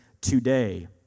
today